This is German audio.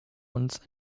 uns